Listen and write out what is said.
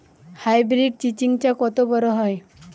Hybrid চিচিংঙ্গা কত বড় হয়?